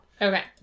Okay